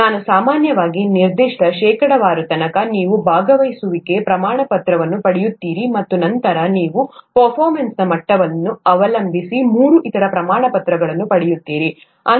ನಾನು ಸಾಮಾನ್ಯವಾಗಿ ನಿರ್ದಿಷ್ಟ ಶೇಕಡಾವಾರು ತನಕ ನೀವು ಭಾಗವಹಿಸುವಿಕೆ ಪ್ರಮಾಣಪತ್ರವನ್ನು ಪಡೆಯುತ್ತೀರಿ ಮತ್ತು ನಂತರ ನೀವು ಪರ್ಫಾರ್ಮೆನ್ಸ್ನ ಮಟ್ಟವನ್ನು ಅವಲಂಬಿಸಿ ಮೂರು ಇತರ ಪ್ರಮಾಣಪತ್ರಗಳನ್ನು ಪಡೆಯುತ್ತೀರಿ